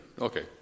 Okay